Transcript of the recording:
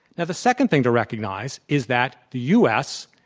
the second thing to recognize is that the us,